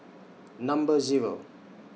Number Zero